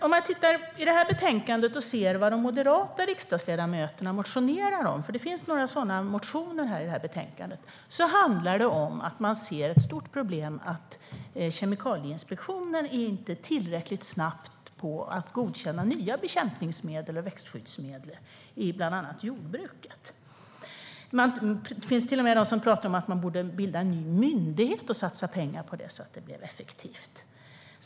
Om man tittar på de moderata riksdagsledamöternas motioner i betänkandet ser man att ledamöterna ser ett stort problem i att Kemikalieinspektionen inte tillräckligt snabbt godkänner nya bekämpningsmedel och växtskyddsmedel i bland annat jordbruket. Det finns till och med de som pratar om att man borde bilda en ny myndighet och satsa pengar så att detta blir effektivt.